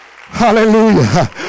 Hallelujah